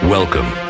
Welcome